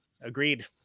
Agreed